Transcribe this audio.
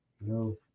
No